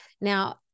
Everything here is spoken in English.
Now